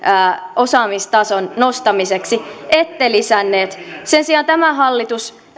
osaamistason nostamiseksi ette lisänneet sen sijaan tämä hallitus